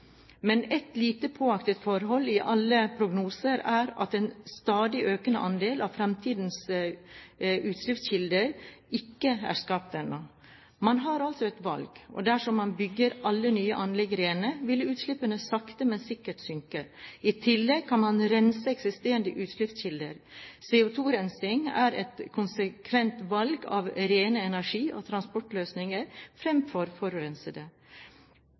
men et lite påaktet forhold i alle prognoser er at en stadig økende andel av fremtidens utslippskilder ikke er skapt ennå. Man har altså et valg, og dersom man bygger alle nye anlegg rene, vil utslippene sakte men sikkert synke. I tillegg kan man rense eksisterende utslippskilder. CO2-rensing, og et konsekvent valg av rene energi- og transportløsninger fremfor